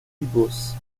ibos